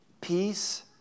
Peace